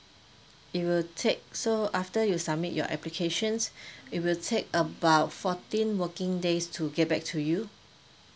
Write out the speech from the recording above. it will take so after you submit your application it will take about fourteen working days to get back to you